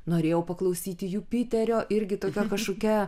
norėjau paklausyti jupiterio irgi tokia kažkokia